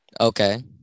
Okay